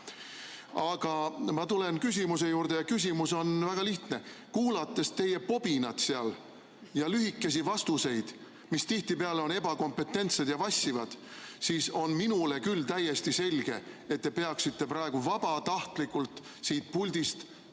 ma tulen küsimuse juurde ja küsimus on väga lihtne. Kuulates teie pobinat seal ja lühikesi vastuseid, mis tihtipeale on ebakompetentsed ja vassivad, siis on minule küll täiesti selge, et te peaksite praegu vabatahtlikult siit puldist